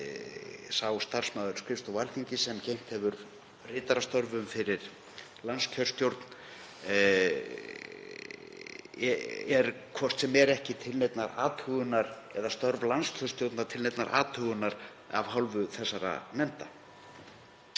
sá starfsmaður skrifstofu Alþingis sem gegnt hefur ritarastörfum fyrir landskjörstjórn er hvort sem er ekki til neinnar athugunar eða störf landskjörstjórnar til neinnar athugunar af hálfu þessara nefnda.